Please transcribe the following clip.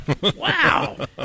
Wow